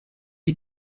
die